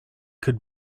could